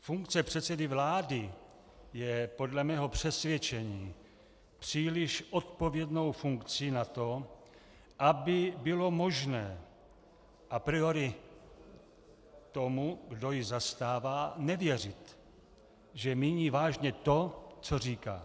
Funkce předsedy vlády je podle mého přesvědčení příliš odpovědnou funkcí na to, aby bylo možné a priori tomu, kdo ji zastává, nevěřit, že míní vážně to, co říká.